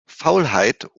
faulheit